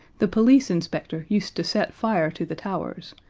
the police inspector used to set fire to the towers,